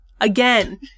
again